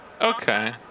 Okay